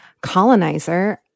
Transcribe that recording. colonizer